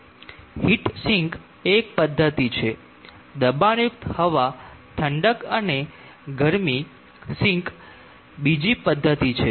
heat sink એ એક પદ્ધતિ છે દબાણયુક્ત હવા ઠંડક અને ગરમી સિંક બીજી પદ્ધતિ છે